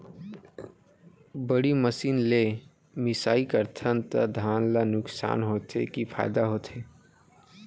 बड़ी मशीन ले मिसाई करथन त धान ल नुकसान होथे की फायदा होथे?